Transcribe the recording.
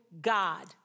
God